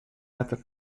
wetter